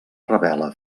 revela